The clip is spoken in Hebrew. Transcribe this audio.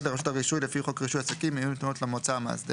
גם לראש העיר יש מדרג, גם למשרד להגנת הסביבה יש